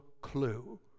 clue